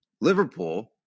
Liverpool